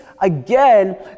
again